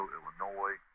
Illinois